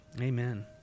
Amen